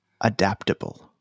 adaptable